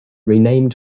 renamed